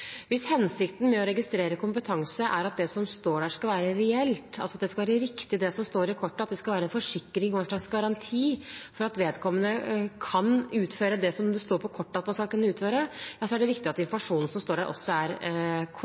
Hvis hensikten med å registrere kompetanse er at det som står på kortet, skal være reelt – at det skal være riktig og en forsikring, en slags garanti, for at vedkommende kan utføre det som står på kortet at han skal kunne utføre – er det viktig at informasjonen som står der, er